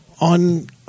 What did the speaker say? on